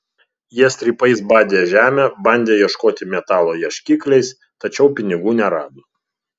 jie strypais badė žemę bandė ieškoti metalo ieškikliais tačiau pinigų nerado